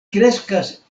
kreskas